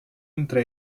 entre